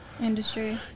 industry